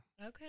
Okay